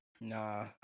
Nah